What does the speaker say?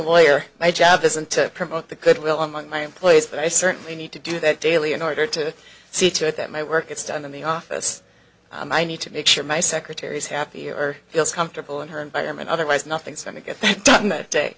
lawyer my job isn't to promote the goodwill among my employees but i certainly need to do that daily in order to see to it that my work gets done in the office i need to make sure my secretary is happier feels comfortable in her environment otherwise nothing's going to get done that day